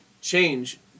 change